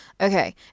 okay